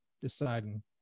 deciding